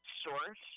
source